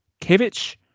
kevich